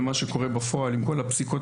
למה שקורה בפועל עם כל הפסיקות,